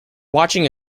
watching